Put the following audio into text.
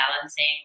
balancing